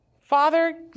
Father